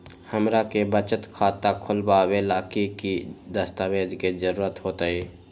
हमरा के बचत खाता खोलबाबे ला की की दस्तावेज के जरूरत होतई?